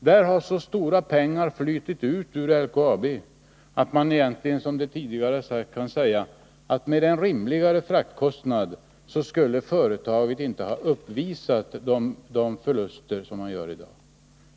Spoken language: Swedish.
Där har så stora pengar flutit utur LKAB att man egentligen, som det tidigare har sagts, kan säga att med en rimligare fraktkostnad skulle företaget inte ha uppvisat de förluster som det gör i dag.